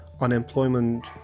unemployment